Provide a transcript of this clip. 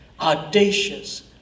audacious